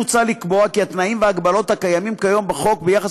מוצע לקבוע כי התנאים וההגבלות הקיימים כיום בחוק ביחס